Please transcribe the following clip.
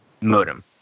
modem